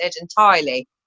entirely